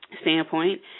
standpoint